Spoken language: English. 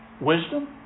wisdom